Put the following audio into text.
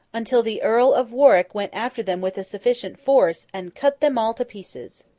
until the earl of warwick went after them with a sufficient force, and cut them all to pieces.